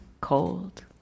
cold